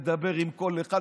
מדבר עם כל אחד,